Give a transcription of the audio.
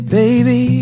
baby